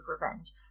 revenge